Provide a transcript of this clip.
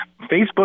Facebook